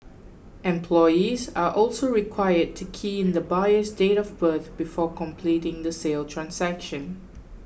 employees are also required to key in the buyer's date of birth before completing the sale transaction